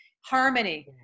harmony